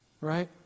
Right